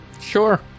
Sure